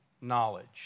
knowledge